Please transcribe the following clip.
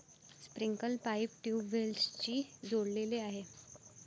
sprinkler pipe ट्यूबवेल्सशी जोडलेले आहे